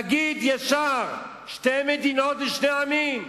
תגיד ישר: שתי מדינות לשני עמים.